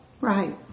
Right